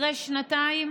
אחרי שנתיים